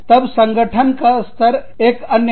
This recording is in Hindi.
तब संगठन का स्तर एक अन्य है